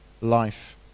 life